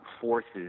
forces